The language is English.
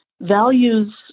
values